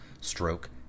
stroke